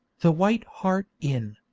the white hart inn.